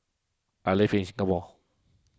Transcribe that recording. I live in Singapore